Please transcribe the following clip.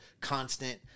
constant